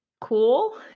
cool